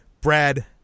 Brad